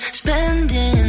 spending